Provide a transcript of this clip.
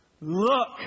look